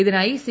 ഇതിനായി സി